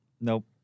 Nope